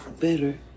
better